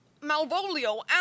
Malvolio